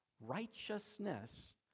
righteousness